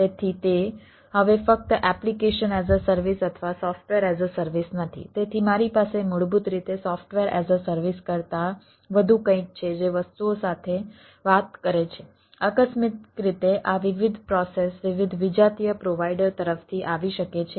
તેથી તે હવે ફક્ત એપ્લિકેશન એઝ અ સર્વિસ અથવા સોફ્ટવેર એઝ અ સર્વિસ નથી તેથી મારી પાસે મૂળભૂત રીતે સોફ્ટવેર એઝ અ સર્વિસ કરતાં વધુ કંઈક છે જે વસ્તુઓ સાથે વાત કરે છે આકસ્મિક રીતે આ વિવિધ પ્રોસેસ વિવિધ વિજાતીય પ્રોવાઈડર તરફથી આવી શકે છે